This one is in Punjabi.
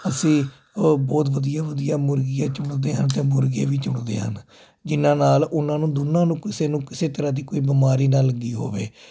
ਅਸੀਂ ਉਹ ਬਹੁਤ ਵਧੀਆ ਵਧੀਆ ਮੁਰਗੀਆਂ ਚੁਣਦੇ ਹਨ ਅਤੇ ਮੁਰਗੇ ਵੀ ਚੁਣਦੇ ਹਨ ਜਿਹਨਾਂ ਨਾਲ ਉਹਨਾਂ ਨੂੰ ਦੋਨਾਂ ਨੂੰ ਕਿਸੇ ਨੂੰ ਕਿਸੇ ਤਰ੍ਹਾਂ ਦੀ ਕੋਈ ਬਿਮਾਰੀ ਨਾ ਲੱਗੀ ਹੋਵੇ